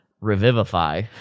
Revivify